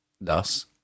Thus